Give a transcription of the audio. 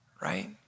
right